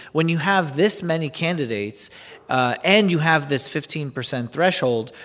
when you have this many candidates ah and you have this fifteen percent threshold,